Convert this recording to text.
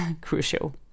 crucial